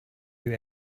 you